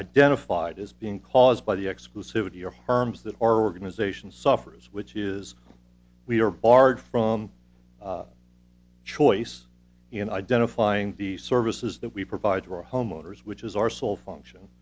identified as being caused by the exclusivity or harms that organization suffers which is we are barred from choice in identifying the services that we provide to our home owners which is our sole function